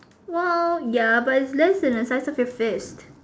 !wow! ya but it's less than the size of your fist